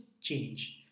change